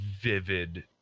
vivid